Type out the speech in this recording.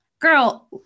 Girl